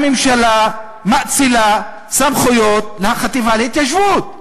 הממשלה מאצילה סמכויות לחטיבה להתיישבות.